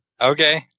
Okay